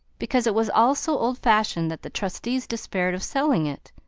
because it was all so old-fashioned that the trustees despaired of selling it.